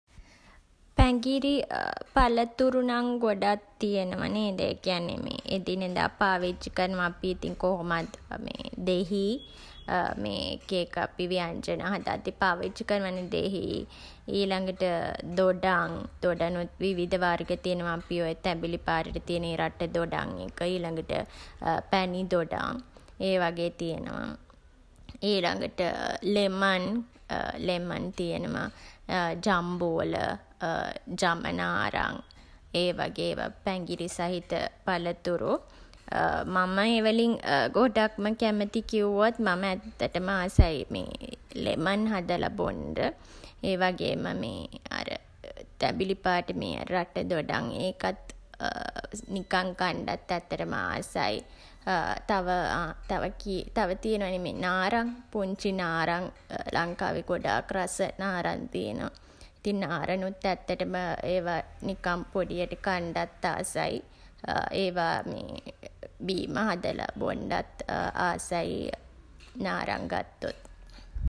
පැඟිරි පළතුරු නම් ගොඩක් තියෙනවා නේද? ඒ කියන්නේ එදිනෙදා පාවිච්චි කරනවා අපි ඉතින් කොහොමත් මේ දෙහි මේ එක එක අපි ව්‍යංජන හදද්දී පාවිච්චි කරනවා නේ දෙහි. ඊළඟට දොඩම්. දොඩනුත් විචිධ වර්ග තියනවා. අපි ඔය තැඹිලි පාටට තියෙන ඒ රට දොඩම් එක. ඊළඟට පැණි දොඩම්. ඒ වගේ තියෙනවා. ඊළඟට ලෙමන්. ලෙමන් තියනවා. ජම්බෝල ජමනාරං. ඒ වගේ ඒවා පැඟිරි සහිත පළතුරු. මම ඒවලින් ගොඩක්ම කැමති කිව්වොත් මම ඇත්තටම ආසයි ලෙමන් හදලා බොන්ඩ. ඒවගේම මේ අර තැඹිලි පාට මේ රට දොඩම් ඒකත් නිකන් කන්ඩත් ඇත්තටම ආසයි. තව තව තියෙනවා නේ මේ නාරං. පුංචි නාරං ලංකාවේ ගොඩාක් රස නාරං තියෙනවා. ඉතින් නාරනුත් ඇත්තටම ඒවා නිකන් පොඩියට කන්ඩත් ආසයි. ඒවා බීම හදලා බොන්ඩත් ආසයි නාරං ගත්තොත්.